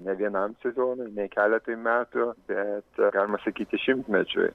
ne vienam sezonui ne keletui metų bet galima sakyti šimtmečiui